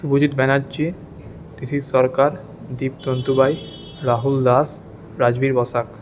Subhajit Banerjee Tithi Sarkar Deep Tantubai Rahul Das Rajbir Basak